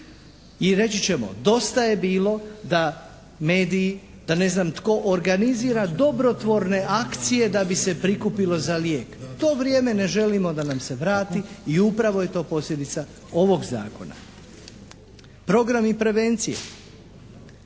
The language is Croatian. i reći ćemo dosta je bilo da mediji, da ne znam tko organizira dobrotvorne akcije da bi se prikupilo za lijek. To vrijeme ne želimo da nam se vrati i upravo je to posljedica ovog Zakona. Programi prevencije.